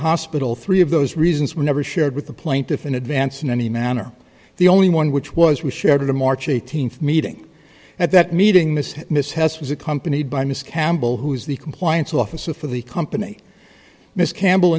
hospital three of those reasons were never shared with the plaintiff in advance in any manner the only one which was we shared a march th meeting at that meeting mr mishaps was accompanied by miss campbell who is the compliance officer for the company miss campbell